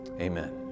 amen